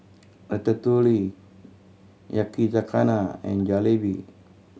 Ratatouille Yakizakana and Jalebi